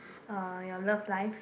uh your love life